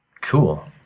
Cool